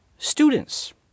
Students